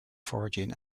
foraging